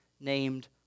named